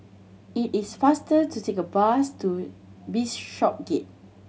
it is faster to take the bus to Bishopsgate